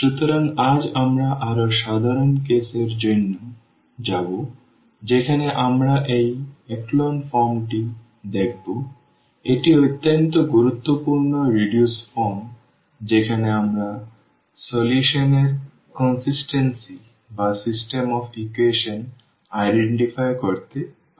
সুতরাং আজ আমরা আরও সাধারণ কেসের জন্য যাব যেখানে আমরা এই echelon form টি দেখব একটি অত্যন্ত গুরুত্বপূর্ণ রিডিউস ফর্ম যেখানে আমরা সমাধান এর ধারাবাহিকতা বা সিস্টেম অফ ইকুয়েশন শনাক্ত করতে পারি